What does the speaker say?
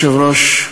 אדוני היושב-ראש,